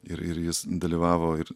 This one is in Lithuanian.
ir ir jis dalyvavo ir